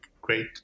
Great